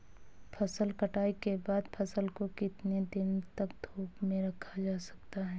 फसल कटाई के बाद फ़सल को कितने दिन तक धूप में रखा जाता है?